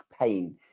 pain